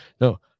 No